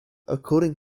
according